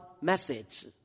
message